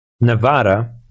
Nevada